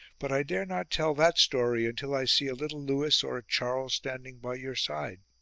but i dare not tell that story until i see a little lewis or a charles standing by your side.